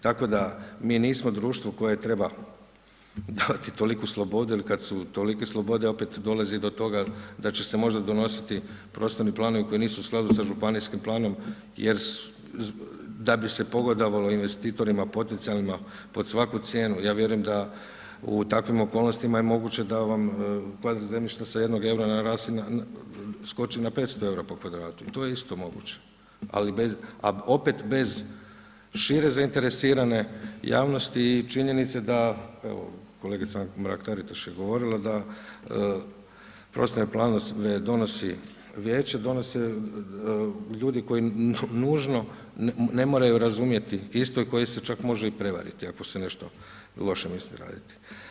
Tako da mi nismo društvo koje treba davati toliku slobodu, jer kada su tolike slobode, opet dolazi do toga da će se možda donositi prostorni planovi, koji nisu u skladu sa županijskim planom, jer da bi se pogodovalo investitorima potencijalima pod svaku cijenu, ja vjerujem da u takvim okolnostima je moguće da vam … sa 1 eura, skoči na 500 eura po kvadratu, to je isto moguće, a opet bez šire zainteresirane javnosti i činjenice da evo, kolegica Mrak Taritaš je govorila da prostorni plan se ne donosi vijeće, donose ljudi koji nužno ne moraju razumjeti, isto kojih će čak može i prevariti ako se nešto loše misli raditi.